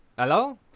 Hello